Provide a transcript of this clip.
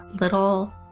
little